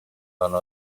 ahantu